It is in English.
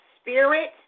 spirit